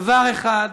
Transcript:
דבר אחד,